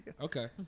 Okay